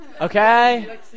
Okay